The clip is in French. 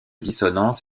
dissonances